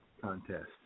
Contest